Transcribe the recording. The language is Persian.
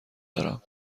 دارم